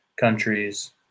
countries